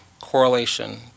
correlation